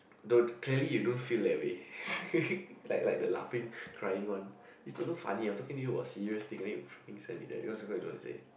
don't clearly you don't feel that way like like the laughing crying one it's not even funny I'm talking to you serious things and then you freaking send me that you don't want to say